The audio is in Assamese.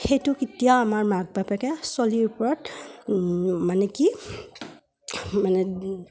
সেইটো কেতিয়া আমাৰ মাক বাপেকে চলিৰ ওপৰত মানে কি মানে